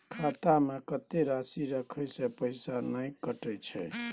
खाता में कत्ते राशि रखे से पैसा ने कटै छै?